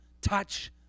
touch